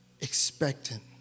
Expectant